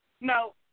no